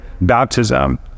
baptism